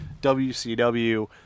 WCW